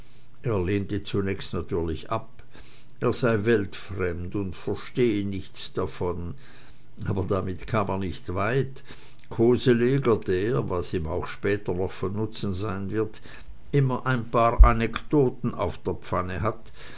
er lehnte zunächst natürlich ab er sei weltfremd und verstehe nichts davon aber damit kam er nicht weit koseleger der was ihm auch später noch von nutzen sein wird immer ein paar anekdoten auf der pfanne hat